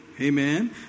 Amen